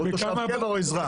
תושב קבע או אזרח.